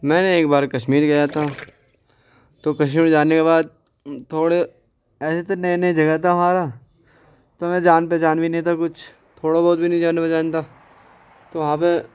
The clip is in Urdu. میں ایک بار کشمیر گیا تھا تو کشمیر جانے کے بعد تھوڑے ایسے تو نئے نئے جگہ تھا ہمارا تو میرا جان پہچان بھی نہیں تھا کچھ تھوڑا بہت بھی نہیں جان پہچان تھا تو وہاں پہ